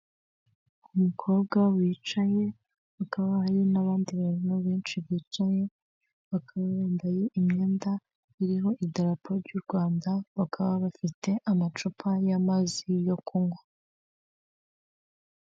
Umukobwa wicaye hakaba hari n'abandi bantu benshi bicaye, bakaba bambaye imyenda iriho idarapo y' Rwanda bakaba bafite amacupa y'amazi yo kunywa.